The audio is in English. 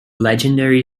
legendary